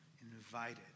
invited